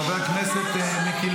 חבר הכנסת מיקי